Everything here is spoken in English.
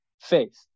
faith